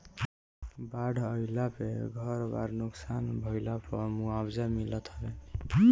बाढ़ आईला पे घर बार नुकसान भइला पअ मुआवजा मिलत हवे